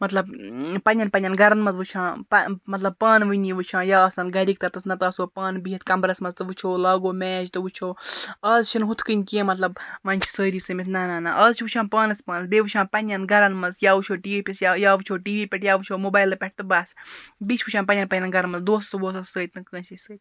مطلب پَنٛنٮ۪ن پَنٛنٮ۪ن گَرَن مَنٛز وٕچھان مطلب پانہٕ ؤنی وٕچھان یا آسان گَرِکۍ تَتَس نَتہٕ آسو پانہٕ بِہِتھ کَمبرَس مَنٛز تہٕ وٕچھو لاگو میچ تہٕ وٕچھو آز چھِنہٕ ہُتھ کٔنۍ کیٚنٛہہ مطلب وَنہِ چھِ سٲری سٔمِتھ نَہ نَہ آز آز آز وٕچھان پانَس پانَس بیٚیہِ وٕچھان پنٛنٮ۪ن گَرَن منٛز یا وٕچھو ٹی وی پیٚٹھ یا وٕچھو ٹی وی پٮ۪ٹھ یا وٕچھو موبایلہٕ پٮ۪ٹھ تہٕ بَس بیٚیہِ چھِ وٕچھان پنٛنٮ۪ن پنٛنٮ۪ن گَرَن منٛز دوسَس ووسَس سۭتۍ نہٕ کٲنٛسے سۭتۍ